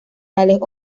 tales